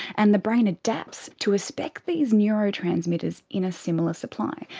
and the brain adapts to expect these neurotransmitters in a similar supply.